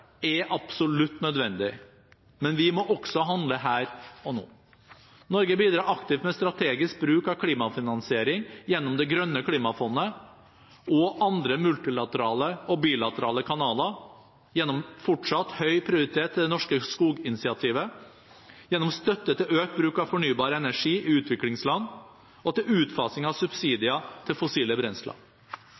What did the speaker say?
er absolutt nødvendig. Men vi må også handle her og nå. Norge bidrar aktivt med strategisk bruk av klimafinansiering gjennom Det grønne klimafondet og andre multilaterale og bilaterale kanaler, gjennom fortsatt høy prioritet til det norske skoginitiativet, gjennom støtte til økt bruk av fornybar energi i utviklingsland og til utfasing av subsidier til fossile brensler.